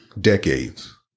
decades